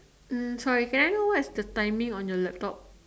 um sorry can I know what is the timing on your laptop